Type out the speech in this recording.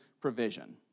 provision